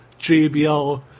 JBL